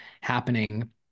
happening